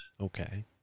Okay